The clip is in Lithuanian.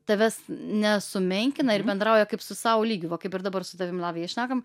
tavęs nesumenkina ir bendrauja kaip su sau lygiu va kaip ir dabar su tavimi lavija šnekam